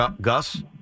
Gus